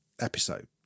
episode